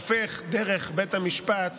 הופך דרך בית המשפט